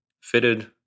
Fitted